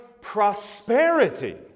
prosperity